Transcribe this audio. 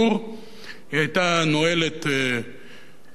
היא היתה נועלת נעלי גומי,